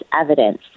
evidence